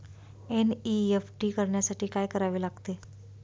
NEFT करण्यासाठी काय करावे लागते?